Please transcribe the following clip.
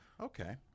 okay